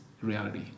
reality